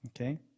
okay